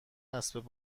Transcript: اسب